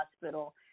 Hospital